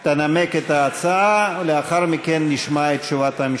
11 מתנגדים, אין נמנעים.